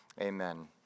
Amen